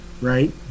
Right